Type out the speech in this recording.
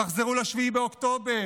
תחזרו ל-7 באוקטובר,